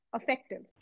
effective